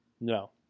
No